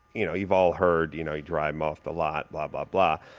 you know you've all heard, you know you drive em off the lot, blah blah blah.